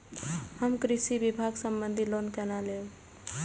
हम कृषि विभाग संबंधी लोन केना लैब?